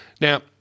Now